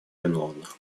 виновных